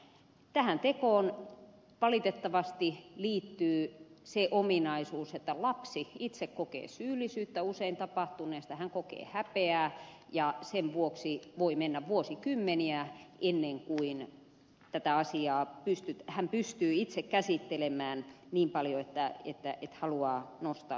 tähän tekoon valitettavasti liittyy se ominaisuus että lapsi itse kokee usein syyllisyyttä tapahtuneesta hän kokee häpeää ja sen vuoksi voi mennä vuosikymmeniä ennen kuin hän pystyy itse käsittelemään tätä asiaa niin paljon että haluaa nostaa sen esiin